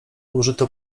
użyto